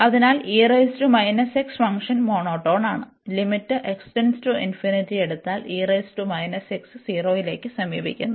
അതിനാൽ function monotone ആണ് എടുത്താൽ 0 ലേക്ക് സമീപിക്കുന്നു